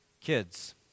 Kids